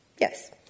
Yes